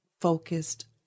focused